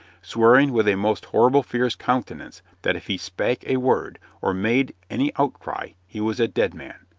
swearing with a most horrible fierce countenance that if he spake a word or made any outcry he was a dead man.